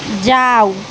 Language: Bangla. যাও